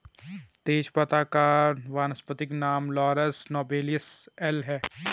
तेजपत्ता का वानस्पतिक नाम लॉरस नोबिलिस एल है